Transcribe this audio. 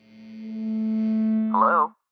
Hello